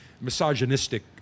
misogynistic